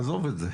עזוב את זה.